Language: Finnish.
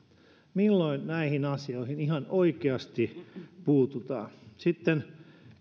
milloin näihin asioihin ihan oikeasti puututaan sitten